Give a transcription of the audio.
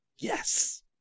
Yes